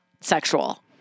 sexual